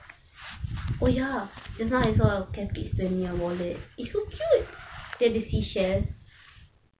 oh ya just now I saw a cath kidston wallet it's so cute dia ada seashells